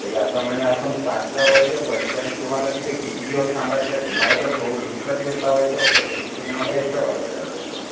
या प्रमाणे आपण पाच गाव आहे जे वन टाईम तुम्हाला तिथे किती दिवस थांबायचे आहे तुम्हाला जर दोन दिवसा दिवस एक्सट्रा लावयाच असेल तर तिथे तुम्हाला एक्सट्रा भाडं पडेल मग त्याच